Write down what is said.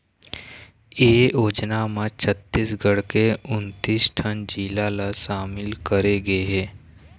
ए योजना म छत्तीसगढ़ के उन्नीस ठन जिला ल सामिल करे गे हे